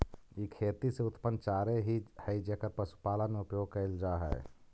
ई खेती से उत्पन्न चारे ही हई जेकर पशुपालन में उपयोग कैल जा हई